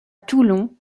toulon